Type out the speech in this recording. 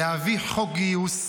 להביא חוק גיוס.